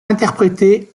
interprétée